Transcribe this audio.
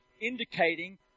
indicating